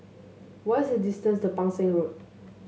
what's the distance to Pang Seng Road